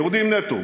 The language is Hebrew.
יורדים נטו,